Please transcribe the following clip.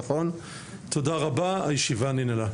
תודה רבה, הישיבה ננעלה.